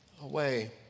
away